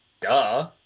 Duh